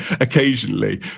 occasionally